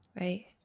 Right